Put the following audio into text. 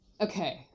Okay